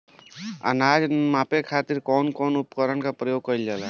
अनाज नापे खातीर कउन कउन उपकरण के प्रयोग कइल जाला?